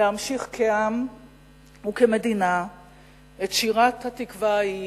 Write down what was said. להמשיך כעם וכמדינה את שירת "התקווה" ההיא,